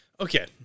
Okay